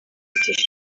ifite